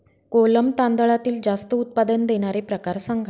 कोलम तांदळातील जास्त उत्पादन देणारे प्रकार सांगा